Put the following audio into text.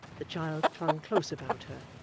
the child clung close about her,